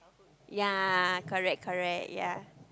ya correct correct ya